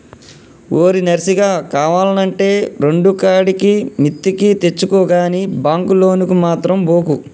ఓరి నర్సిగా, కావాల్నంటే రెండుకాడికి మిత్తికి తెచ్చుకో గని బాంకు లోనుకు మాత్రం బోకు